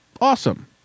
awesome